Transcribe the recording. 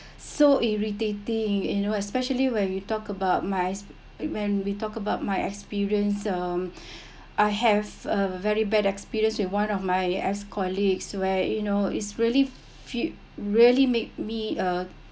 so irritating you know especially when we talk about my when we talk about my experience um I have a very bad experience with one of my ex-colleagues where you know it's really fu~ really made me uh